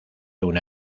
una